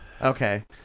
Okay